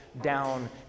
down